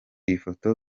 ifoto